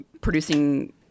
producing